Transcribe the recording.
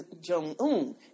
Jong-un